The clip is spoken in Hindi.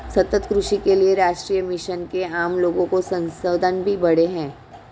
सतत कृषि के लिए राष्ट्रीय मिशन से आम लोगो के संसाधन भी बढ़े है